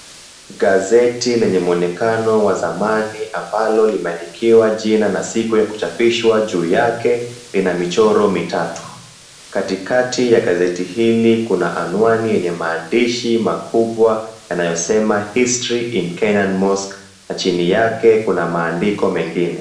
Gazeti lenye muonekano wa zamani ambalo limeandikwa jina na kuchapishwa juu yake lina michoro mitatu, katikati ya gazeti hili kuna anwani yenye maandishi makubwa yanayosema, History in Kenyan Mosque na chini yake kuna maandiko mengine.